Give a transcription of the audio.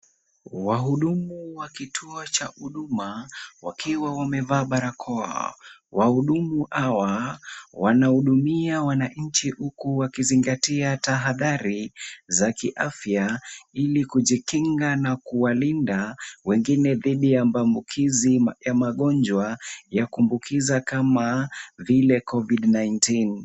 Wahudumu wa kituo cha huduma wakiwa wamevaa barakoa. Wahudumu hawa wanahudumia wananchi huku wakizingatia tahadhari za kiafya ili kujikinga na kuwalinda wengine dhidi ya maambukizi ya magonjwa ya kuambukiza kama vile Covid 19.